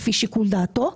לפי שיקול דעתו.